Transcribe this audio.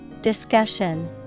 Discussion